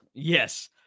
Yes